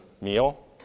meal